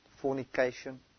fornication